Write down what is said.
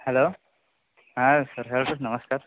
hello ಹಾಂ sir ಹೇಳಿರಿ ನಮಸ್ಕಾರ